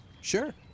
Sure